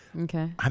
Okay